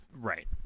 right